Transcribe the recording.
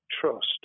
trust